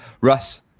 Russ